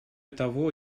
того